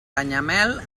canyamel